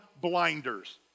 blinders